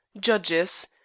judges